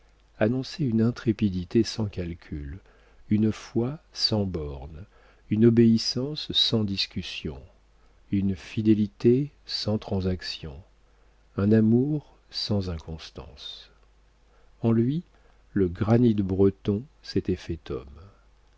annonçaient une intrépidité sans calcul une foi sans bornes une obéissance sans discussion une fidélité sans transaction un amour sans inconstance en lui le granit breton s'était fait homme